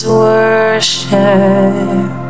worship